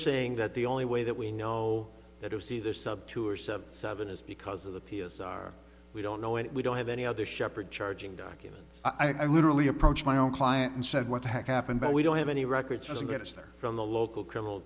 saying that the only way that we know that it was either sub two or seventy seven is because of the p s r we don't know and we don't have any other shepherd charging documents i literally approached my own client and said what the heck happened but we don't have any records isn't going to start from the local criminal